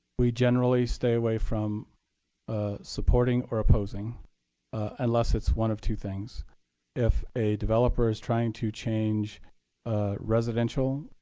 we generally stay away from ah supporting or opposing unless it's one of two things if a developer is trying to change a residential